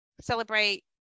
celebrate